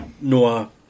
Noah